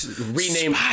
rename